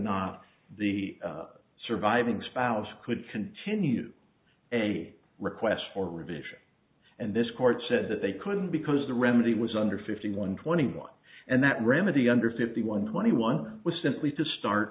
not the surviving spouse could continue a request for revision and this court said that they couldn't because the remedy was under fifty one twenty one and that remedy under fifty one twenty one was simply to start